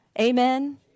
Amen